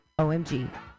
OMG